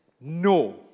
no